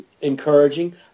encouraging